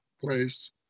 place